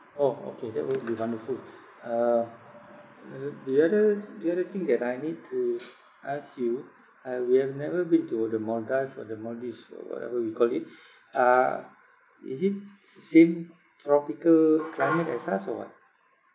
orh okay that will be wonderful uh uh the other the other thing that I need to ask you uh we have never been to the maldives or the maldives or whatever we call it uh is it s~ same tropical climate as us or what